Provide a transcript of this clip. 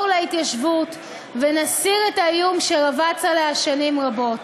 להתיישבות ונסיר את האיום שרבץ עליה שנים רבות.